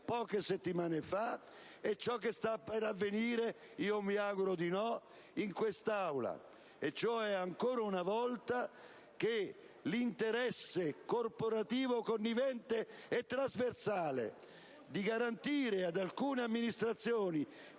poche settimane fa e ciò che sta per avvenire - mi auguro di no - in questa Aula, cioè che ancora una volta l'interesse corporativo connivente e trasversale di garantire ad alcune amministrazioni